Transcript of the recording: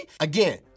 Again